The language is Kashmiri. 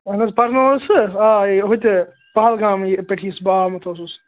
اَہَن حظ پَرٛزٕنوٚوہسہٕ آ ہُتہِ پَہَلگامہٕ ییٚتہِ پٮ۪ٹھ بہٕ یُس آمُت اوسُس